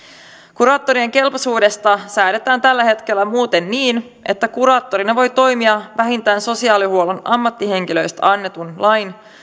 kuraattorien kelpoisuudesta säädetään tällä hetkellä muuten niin että kuraattorina voi toimia vähintään sosiaalihuollon ammattihenkilöistä annetun lain